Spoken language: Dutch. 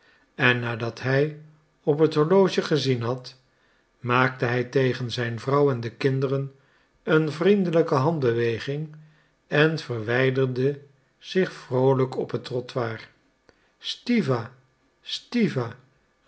en nadat hij op het horloge gezien had maakte hij tegen zijn vrouw en de kinderen een vriendelijke handbeweging en verwijderde zich vroolijk op het trottoir stiwa stiwa